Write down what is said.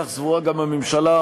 וכך סבורה גם הממשלה,